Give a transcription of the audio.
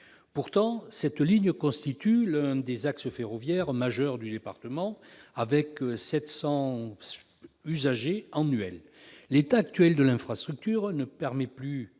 Pourtant, elle constitue l'un des axes ferroviaires majeurs du département, avec 700 000 usagers annuels. L'état actuel de l'infrastructure ne permet plus